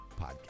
podcast